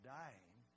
dying